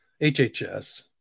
HHS